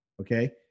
okay